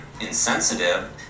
insensitive